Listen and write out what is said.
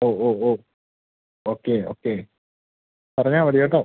ഓ ഓ ഓ okay okay പറഞ്ഞാൽ മതി കേട്ടോ